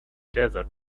desert